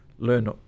learn